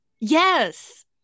Yes